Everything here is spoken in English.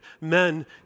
men